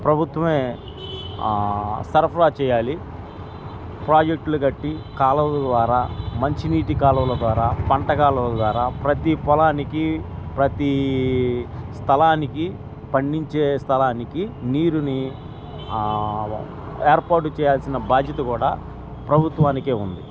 ప్రభుత్వమే సరఫరా చేయాలి ప్రాజెక్టులు కట్టి కాలవల ద్వారా మంచినీటి కాలవల ద్వారా పంట కాలల ద్వారా ప్రతి పొలానికి ప్రతీ స్థలానికి పండించే స్థలానికి నీరుని ఏర్పాటు చేయాల్సిన బాధ్యత కూడా ప్రభుత్వానికే ఉంది